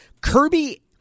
Kirby